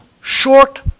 short